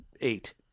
eight